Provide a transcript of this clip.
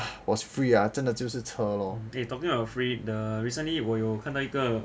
was free ah 真的就是车 lor